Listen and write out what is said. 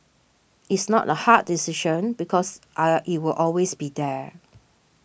it's not the hard decision because I'll it will always be there